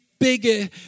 bigger